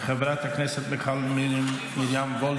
חברת הכנסת מיכל מרים וולדיגר,